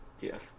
Yes